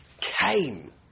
came